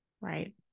Right